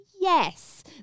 Yes